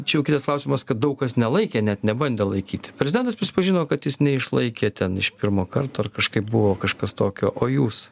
čia jau kitas klausimas kad daug kas nelaikė net nebandė laikyti prezidentas prisipažino kad jis neišlaikė ten iš pirmo karto ar kažkaip buvo kažkas tokio o jūs